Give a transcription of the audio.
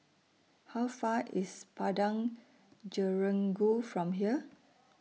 How Far IS Padang Jeringau from here